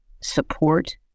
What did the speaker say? support